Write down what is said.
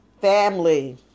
Family